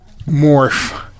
morph